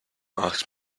asked